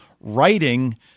writing